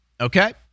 Okay